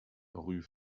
rue